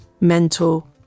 mental